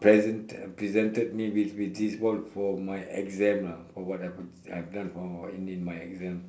present presented me with with this ball for my exam lah for what happen I've done in in my exam